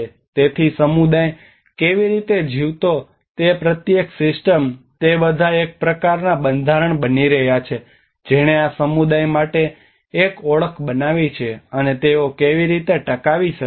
તેથી સમુદાય કેવી રીતે જીવતો તે પ્રત્યેક સિસ્ટમ તે બધા એક પ્રકારનાં બંધારણ બની રહ્યા છે જેણે આ સમુદાય માટે એક ઓળખ બનાવી છે અને તેઓ કેવી રીતે ટકાવી શકે છે